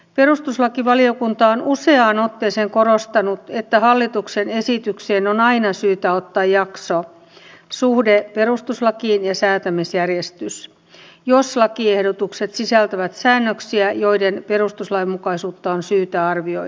perustuslakivaliokunta on useaan otteeseen korostanut että hallituksen esitykseen on aina syytä ottaa jakso suhde perustuslakiin ja säätämisjärjestys jos lakiehdotukset sisältävät säännöksiä joiden perustuslainmukaisuutta on syytä arvioida